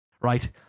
right